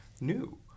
new